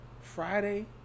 Friday